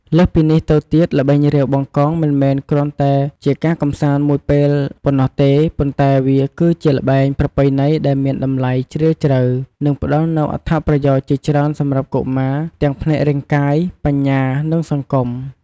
លើសពីនេះទៅទៀតល្បែងរាវបង្កង មិនមែនគ្រាន់តែជាការកម្សាន្តមួយពេលប៉ុណ្ណោះទេ ប៉ុន្តែវាគឺជាល្បែងប្រពៃណីដែលមានតម្លៃជ្រាលជ្រៅ និងផ្តល់នូវអត្ថប្រយោជន៍ជាច្រើនសម្រាប់កុមារ ទាំងផ្នែករាងកាយ បញ្ញា និងសង្គម។